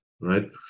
right